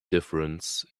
difference